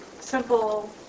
simple